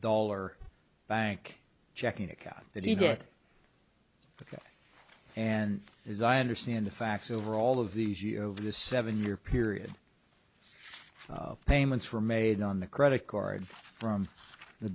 dollar bank checking account that he did and as i understand the facts over all of these years of the seven year period payments were made on the credit card from the